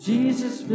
Jesus